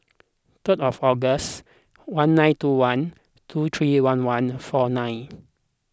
third of August one nine two one two three one one four nine